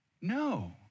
No